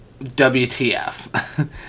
WTF